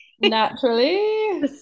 Naturally